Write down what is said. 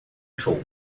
show